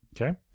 Okay